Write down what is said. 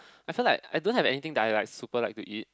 I feel I don't have anything that I like super like to eat